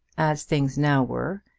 as things now were,